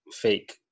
fake